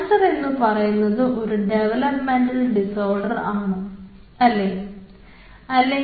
cancer എന്ന് പറയുന്നത് ഒരു ഡെവലപ്മെൻറൽ ഡിസോർഡർ അല്ലേ എന്ന്